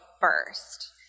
first